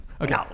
okay